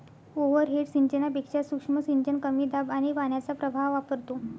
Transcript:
overhead सिंचनापेक्षा सूक्ष्म सिंचन कमी दाब आणि पाण्याचा प्रवाह वापरतो